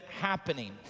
happening